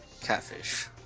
Catfish